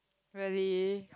really